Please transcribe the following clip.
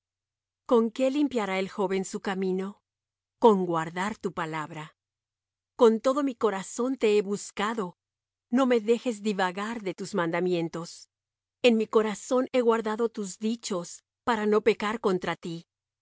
con qué limpiará el joven su camino con guardar tu palabra con todo mi corazón te he buscado no me dejes divagar de tus mandamientos en mi corazón he guardado tus dichos para no pecar contra ti